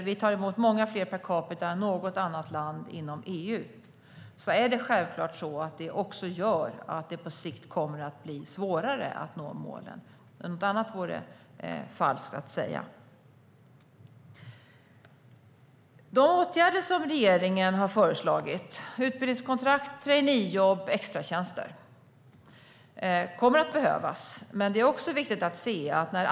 Vi tar emot många fler per capita än något annat land i EU. Det gör självklart att det på sikt kommer att bli svårare att nå målen. Något annat vore falskt att säga. De åtgärder som regeringen har föreslagit - utbildningskontrakt, traineejobb och extratjänster - kommer att behövas.